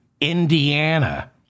Indiana